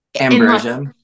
Ambrosia